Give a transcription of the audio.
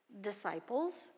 disciples